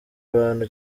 abantu